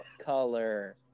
Color